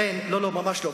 לא, ממש לא.